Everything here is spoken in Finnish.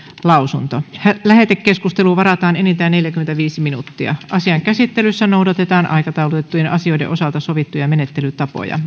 lausunto lähetekeskusteluun varataan enintään neljäkymmentäviisi minuuttia asian käsittelyssä noudatetaan aikataulutettujen asioiden osalta sovittuja menettelytapoja